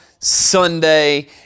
Sunday